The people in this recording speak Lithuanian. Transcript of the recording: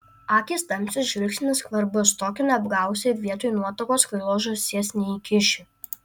akys tamsios žvilgsnis skvarbus tokio neapgausi ir vietoj nuotakos kvailos žąsies neįkiši